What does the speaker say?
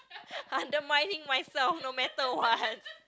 undermining myself no matter what